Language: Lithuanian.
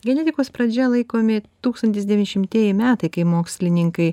genetikos pradžia laikomi tūkstantis devynišimtieji metai kai mokslininkai